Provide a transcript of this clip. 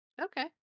Okay